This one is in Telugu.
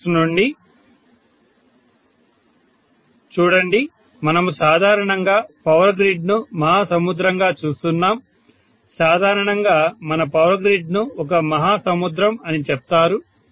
ప్రొఫెసర్ చూడండి మనము సాధారణంగా పవర్ గ్రిడ్ను మహాసముద్రంగా చూస్తున్నాం సాధారణంగా మన పవర్ గ్రిడ్ ను ఒక మహాసముద్రం అని చెప్తారు